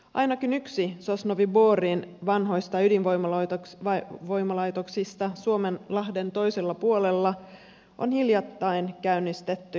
ainakin yksi sosnovyi borin vanhoista ydinvoimalaitoksista suomenlahden toisella puolella on hiljattain käynnistetty uudelleen